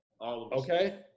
Okay